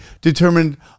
determined